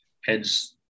head's